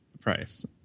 price